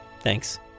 Thanks